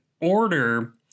order